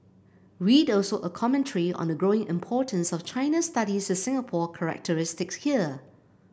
read also a commentary on the growing importance of China studies with Singapore characteristics here